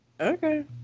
Okay